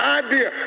idea